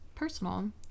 personal